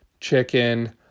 chicken